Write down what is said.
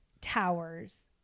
towers